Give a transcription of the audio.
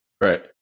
Right